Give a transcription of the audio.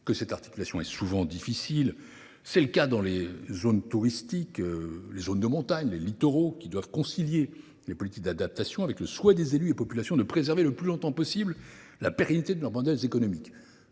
que cette articulation est souvent difficile. C’est le cas dans les territoires touristiques comme les zones de montagne ou les littoraux, qui doivent concilier les politiques d’adaptation avec le souhait des élus et des populations de préserver, le plus longtemps possible, la pérennité de leurs modèles économiques.